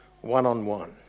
one-on-one